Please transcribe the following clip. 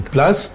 Plus